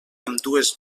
ambdues